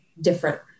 different